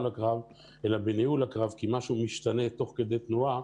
הקרב אלא בניהול הקרב כי משהו משתנה תוך כדי תנועה